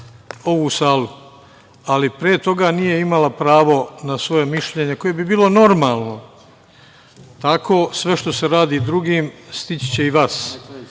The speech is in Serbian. ovu salu, ali pre toga nije imala pravo na svoje mišljenje, koje bi bilo normalno. Tako sve što se radi drugim, stići će i vas.